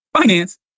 finance